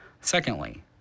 Secondly